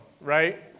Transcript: Right